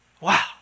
Wow